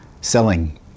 selling